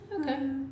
okay